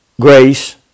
grace